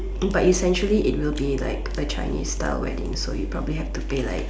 but essentially it will be like a Chinese style wedding so you probably have to pay like